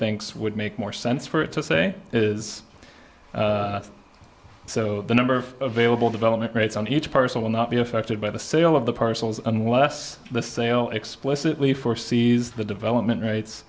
thinks would make more sense for it to say is so the number of variable development rates on each person will not be affected by the sale of the parcels unless the seo explicitly for sees the development r